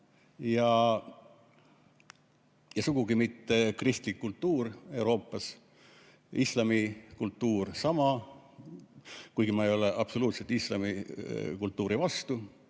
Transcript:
ja sugugi mitte kristlik kultuur Euroopas. Islami kultuur on sama [tähtis]. Ma ei ole absoluutselt islami kultuuri vastu,